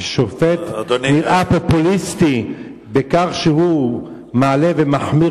כי שופט נראה פופוליסטי בכך שהוא מעלה ומחמיר